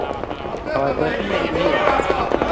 ᱦᱳᱭ ᱵᱟᱨᱥᱤᱧ ᱞᱟᱹᱜᱤᱫ ᱦᱩᱭᱩᱜᱼᱟ